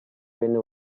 venne